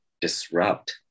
disrupt